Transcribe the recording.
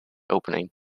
opening